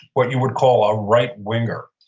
what you would call a right-winger.